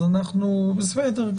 אז בסדר.